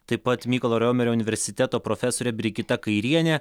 taip pat mykolo romerio universiteto profesorė brigita kairienė